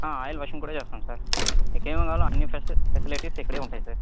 oil washing కూడా చేస్తాం sir మీకు ఏం ఏం కావాలో అన్ని ఫెసి ఫెసిలిటీస్ ఇక్కడే ఉంటాయి సార్